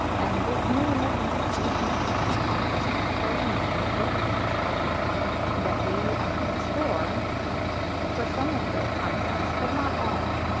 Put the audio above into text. and this new measurement information system offers comparable measures with the concept that we explore for some of the concepts but not all,